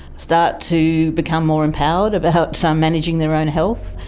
start to become more empowered about so um managing their own health.